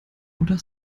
oder